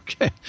Okay